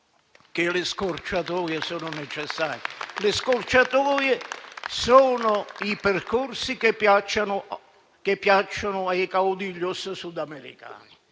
Le scorciatoie sono percorsi che piacciono ai *caudillos* sudamericani